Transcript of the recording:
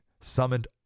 summoned